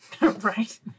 right